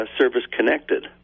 service-connected